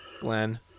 Glenn